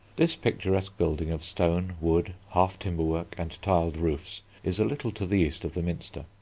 this picturesque building of stone, wood, half-timber work, and tiled roofs is a little to the east of the minster.